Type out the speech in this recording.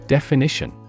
Definition